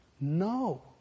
No